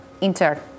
Inter